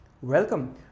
Welcome